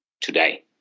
today